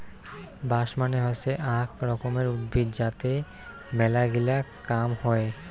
বাঁশ মানে হসে আক রকমের উদ্ভিদ যাতে মেলাগিলা কাম হই